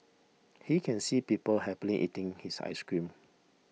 he can see people happily eating his ice cream